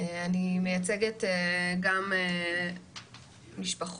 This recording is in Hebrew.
אני מייצגת גם משפחות,